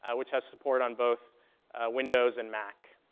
ah which has support on both windows and mac.